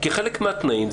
כחלק מהתנאים,